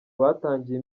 batangiye